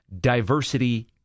diversity